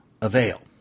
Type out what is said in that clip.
avail